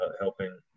helping